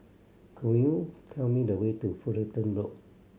could you tell me the way to Fullerton Road